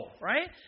Right